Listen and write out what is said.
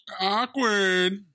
awkward